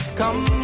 come